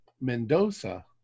Mendoza